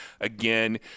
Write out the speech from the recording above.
again